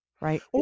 right